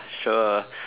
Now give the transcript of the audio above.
sure